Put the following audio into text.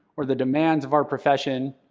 or the demands of our profession,